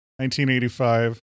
1985